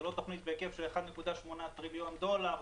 זו לא תוכנית בהיקף של 1.8 טריליון דולר,